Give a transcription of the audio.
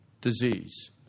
disease